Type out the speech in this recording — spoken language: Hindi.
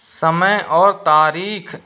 समय और तारीख